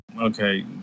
okay